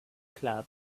club